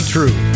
True